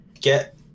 get